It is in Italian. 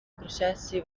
processi